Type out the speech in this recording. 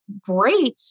great